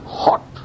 hot